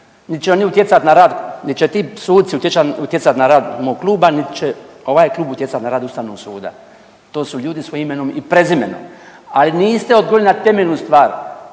niti će ti suci utjecati na rad mog kluba, nit će ovaj klub utjecati na rad Ustavnog suda. To su ljudi s imenom i prezimenom. A niste odgovorili na temelju stvar,